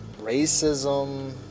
racism